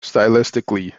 stylistically